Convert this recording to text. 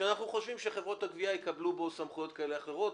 שאנחנו חושבים שחברות הגבייה יקבלו בו סמכויות כאלה או אחרות,